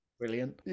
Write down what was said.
Brilliant